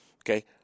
Okay